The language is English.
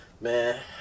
Man